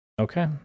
okay